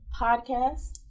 podcast